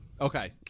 Okay